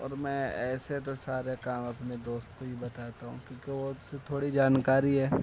اور میں ایسے تو سارے کام اپنے دوست کو ہی بتاتا ہوں کیونکہ وہ اسے تھوڑی جانکاری ہے